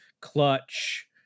clutch